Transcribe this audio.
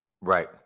Right